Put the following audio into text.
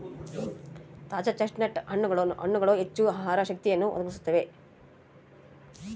ತಾಜಾ ಚೆಸ್ಟ್ನಟ್ ಹಣ್ಣುಗಳು ಹೆಚ್ಚು ಆಹಾರ ಶಕ್ತಿಯನ್ನು ಒದಗಿಸುತ್ತವೆ